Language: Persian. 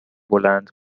بلند